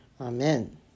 Amen